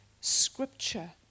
scripture